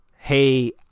Hey